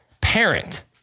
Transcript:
parent